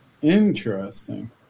Interesting